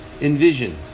envisioned